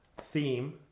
theme